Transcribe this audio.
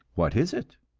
what is it?